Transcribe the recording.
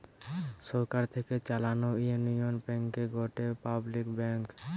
সরকার থেকে চালানো Union Bank গটে পাবলিক ব্যাঙ্ক